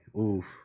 Oof